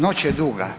Noć je duga.